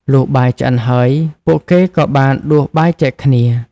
លុះបាយឆ្អិនហើយ ពួកគេក៏បានដួសបាយចែកគ្នា។